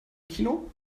kino